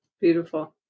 beautiful